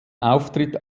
auftritt